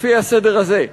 לפי הסדר הזה,